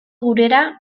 gurera